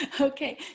okay